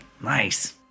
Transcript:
Nice